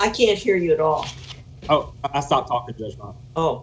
i can't hear you at all oh i thought oh